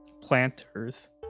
planters